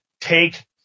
Take